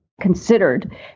considered